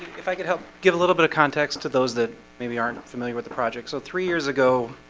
if i could help give a little bit of context to those that maybe aren't familiar with the project so three years ago